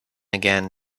again